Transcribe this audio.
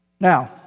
Now